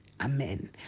amen